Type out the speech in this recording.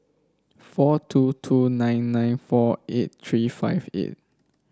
four two two nine nine four eight three five eight